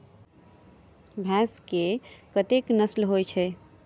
भैंस केँ कतेक नस्ल होइ छै?